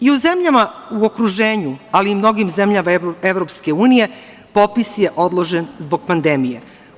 I u zemljama u okruženju, ali i mnogim zemljama EU popis je odložen zbog pandemije.